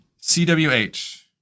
CWH